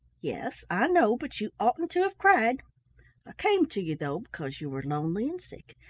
yes, i know, but you oughtn't to have cried. i came to you, though, because you were lonely and sick,